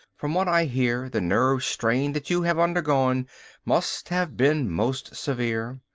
from what i hear the nerve strain that you have undergone must have been most severe.